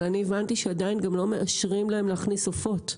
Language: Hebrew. אבל אני הבנתי שעדיין גם לא מאשרים להם להכניס עופות,